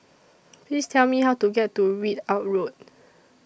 Please Tell Me How to get to Ridout Road